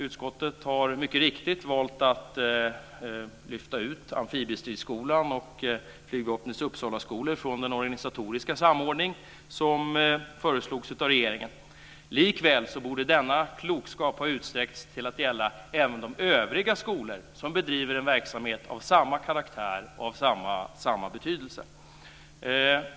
Utskottet har mycket riktigt valt att lyfta ut Amfibiestridsskolan och Flygvapnets Uppsalaskolor från den organisatoriska samordning som föreslagits av regeringen. Likväl borde denna klokskap ha utsträckts till att gälla även de övriga skolor som bedriver verksamhet av samma karaktär och samma betydelse.